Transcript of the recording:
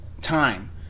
time